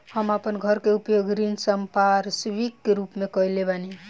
हम आपन घर के उपयोग ऋण संपार्श्विक के रूप में कइले बानी